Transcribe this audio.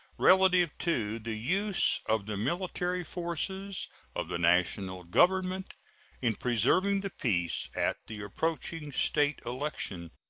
relative to the use of the military forces of the national government in preserving the peace at the approaching state election.